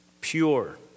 pure